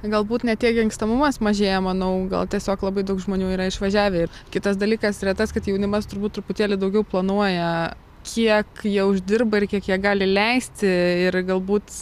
galbūt ne tiek gimstamumas mažėja manau gal tiesiog labai daug žmonių yra išvažiavę ir kitas dalykas yra tas kad jaunimas turbūt truputėlį daugiau planuoja kiek jie uždirba ir kiek jie gali leisti ir galbūt